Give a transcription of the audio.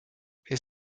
est